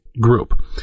group